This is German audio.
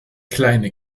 kleine